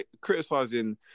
criticizing